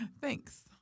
Thanks